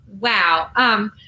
Wow